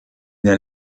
den